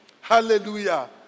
Hallelujah